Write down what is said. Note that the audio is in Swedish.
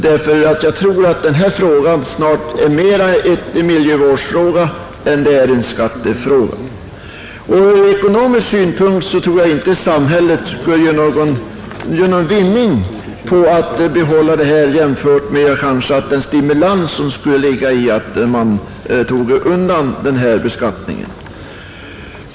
Jag tror nämligen att denna fråga snart är mera en miljövårdsfråga än en skattefråga. Från ekonomisk synpunkt tror jag inte att samhället gör någon vinning på att behålla denna skatt jämfört med den stimulans ur nationalekonomisk och miljövårdssynpunkt som skulle ligga i att man avskaffade densamma.